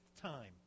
time